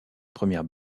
première